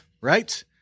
right